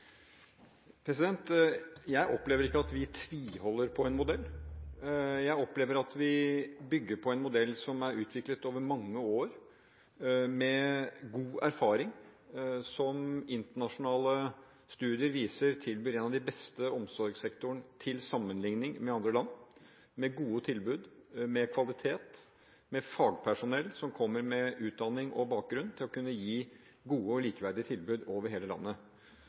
Jeg opplever ikke at vi tviholder på en modell. Jeg opplever at vi bygger på en modell som er utviklet over mange år, ut fra god erfaring, som internasjonale studier viser at tilbyr en av de beste omsorgssektorene sammenlignet med andre land – med gode tilbud, med kvalitet, med fagpersonell som kommer med utdanning og bakgrunn til å kunne gi gode og likeverdige tilbud over hele landet.